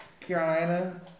Carolina